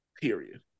Period